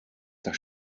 das